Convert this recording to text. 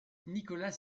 nicolas